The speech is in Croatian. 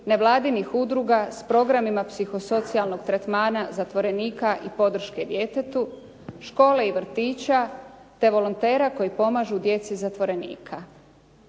nevladinih udruga s programima psihosocijalnog tretmana zatvorenika i podrške djetetu, škole i vrtića te volontera koji pomažu djeci zatvorenika.